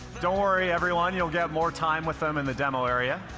don't worry, everyone, you'll get more time with them in the demo area.